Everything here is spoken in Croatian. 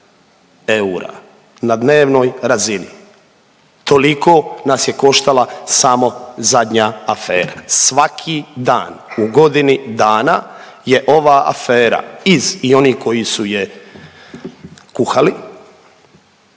eura na dnevnoj razini, toliko nas je koštala samo zadnja afera. Svaki dan u godini dana je ova afera iz, i oni koji su je kuhali,